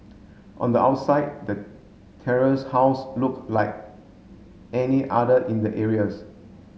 on the outside the terrace house look like any other in the areas